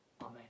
Amen